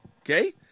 okay